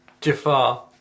Jafar